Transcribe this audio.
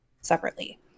separately